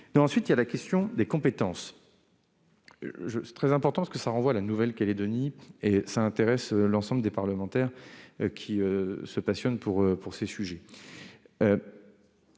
Enfin, se pose la question des compétences. Elle est très importante, car elle renvoie à la Nouvelle-Calédonie et intéresse l'ensemble des parlementaires qui se passionnent pour ces sujets.